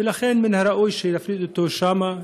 ולכן מן הראוי שיפרידו אותו שם,